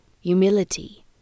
humility